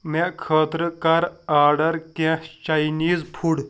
مےٚ خٲطرٕ کَر آرڈر کیٚنٛہہ چاینیٖز فُڈ